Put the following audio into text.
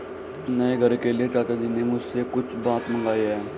नए घर के लिए चाचा जी ने मुझसे कुछ बांस मंगाए हैं